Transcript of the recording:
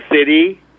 City